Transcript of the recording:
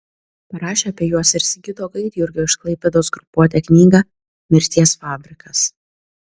parašė apie juos ir sigito gaidjurgio iš klaipėdos grupuotę knygą mirties fabrikas